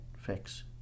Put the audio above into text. fix